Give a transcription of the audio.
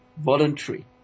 voluntary